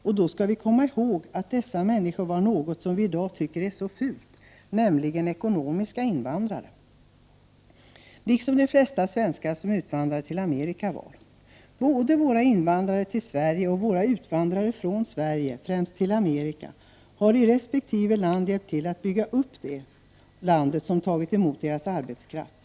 Vi skall komma ihåg att dessa människor var vad vi i dag tycker är något fult som ekonomiska invandrare — liksom de flesta svenskar som utvandrade till Amerika var. Både invandrare till Sverige och våra utvandrare från Sverige, främst till Amerika, har i resp. land hjälpt till att bygga upp det land som tagit emot deras arbetskraft.